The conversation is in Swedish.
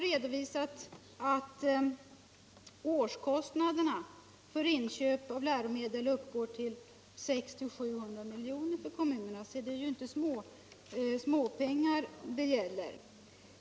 redovisat att årskostnaderna för inköp av läromedel! uppgår till 600-700 miljoner för kommunerna, så det är inte småpengar det gäller.